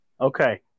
Okay